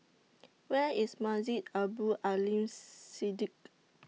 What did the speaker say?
Where IS Masjid Abdul Aleem Siddique